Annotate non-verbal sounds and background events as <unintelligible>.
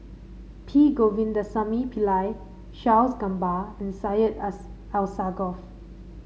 P Govindasamy Pillai Charles Gamba and Syed <unintelligible> Alsagoff